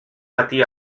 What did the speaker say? matí